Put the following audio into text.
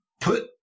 put